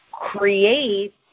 create